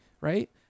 right